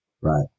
right